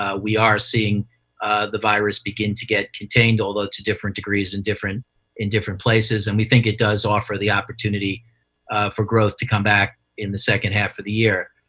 ah we are seeing the virus begin to get contained, although to different degrees in different in different places, and we think it does offer the opportunity for growth to come back in the second half of the year.